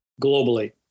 globally